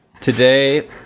today